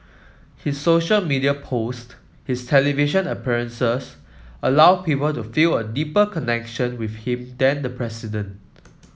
his social media posts his television appearances allow people to feel a deeper connection with him than the president